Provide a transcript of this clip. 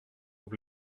vous